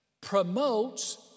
promotes